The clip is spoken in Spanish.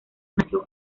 nació